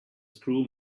screw